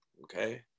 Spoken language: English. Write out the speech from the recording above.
okay